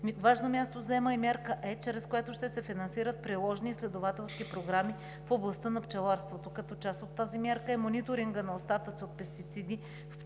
Важно място заема и мярка Е, чрез която ще се финансират приложни изследователски програми в областта на пчеларството. Като тази част от мярката е мониторингът на остатъци от пестициди в пчели от